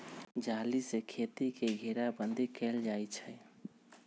जाली से खेती के घेराबन्दी कएल जाइ छइ